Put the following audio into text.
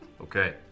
Okay